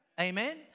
amen